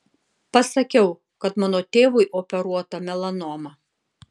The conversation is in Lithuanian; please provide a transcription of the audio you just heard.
pasakiau kad mano tėvui operuota melanoma